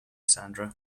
sandra